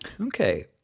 Okay